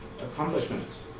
accomplishments